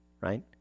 Right